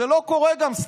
זה גם לא קורה סתם.